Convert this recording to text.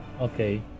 okay